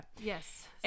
Yes